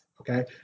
Okay